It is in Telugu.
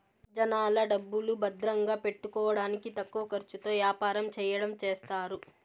జనాల డబ్బులు భద్రంగా పెట్టుకోడానికి తక్కువ ఖర్చుతో యాపారం చెయ్యడం చేస్తారు